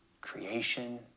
creation